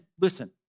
listen